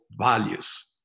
values